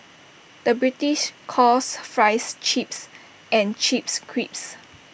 the British calls Fries Chips and Chips Crisps